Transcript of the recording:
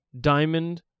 diamond